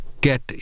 get